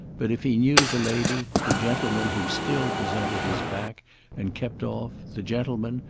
but, if he knew the lady, the gentleman, who still presented his back and kept off, the gentleman,